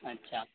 अच्छा